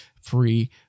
free